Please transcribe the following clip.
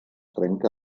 trenca